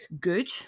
good